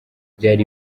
byari